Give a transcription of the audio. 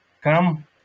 come